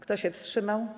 Kto się wstrzymał?